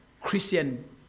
Christian